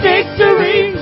Victory